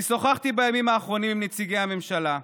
אני שוחחתי בימים האחרונים עם נציגי הממשלה,